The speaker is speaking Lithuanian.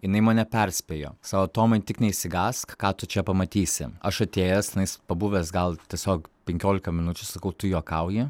jinai mane perspėjo sako tomai tik neišsigąsk ką tu čia pamatysi aš atėjęs tenais pabuvęs gal tiesiog penkiolika minučių sakau tu juokauji